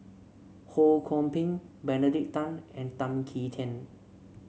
Ho Kwon Ping Benedict Tan and Tan Kim Tian